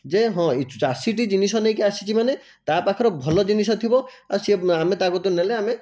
ଯେ ହଁ ଏଇ ଚାଷୀଟି ଜିନିଷ ନେଇକି ଆସିଛି ମାନେ ତା ପାଖରେ ଭଲ ଜିନିଷ ଥିବ ଆଉ ସେ ଆମେ ତା କତିରୁ ନେଲେ ଆମେ